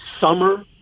Summer